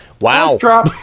Wow